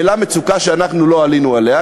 העלה מצוקה שאנחנו לא עלינו עליה,